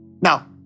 Now